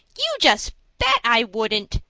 you just bet i wouldn't!